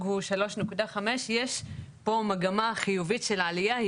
הוא 3.5. יש פה מגמה חיובית של עלייה.